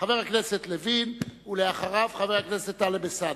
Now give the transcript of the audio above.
חבר הכנסת לוין, ואחריו, חבר הכנסת טלב אלסאנע.